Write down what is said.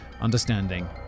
understanding